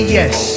yes